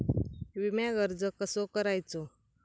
विम्याक अर्ज कसो करायचो?